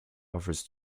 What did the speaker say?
offers